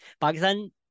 Pakistan